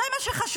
זה מה שחשוב,